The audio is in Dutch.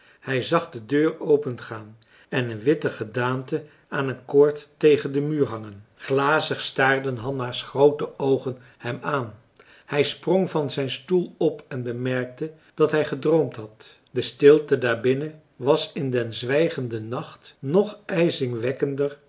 hij zag de deur opengaan en een witte gedaante aan een koord tegen den muur hangen glazig staarden hanna's groote oogen hem aan hij sprong van zijn stoel op en bemerkte dat hij gedroomd had de stilte daarbinnen was in den zwijgenden nacht nog ijzingwekkender